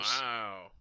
Wow